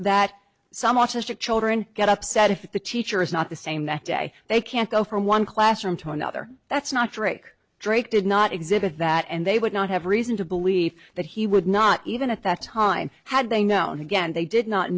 that some autistic children get upset if the teacher is not the same that day they can't go from one classroom to another that's not drake drake did not exhibit that and they would not have reason to believe that he would not even at that time had they known again they did not